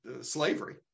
slavery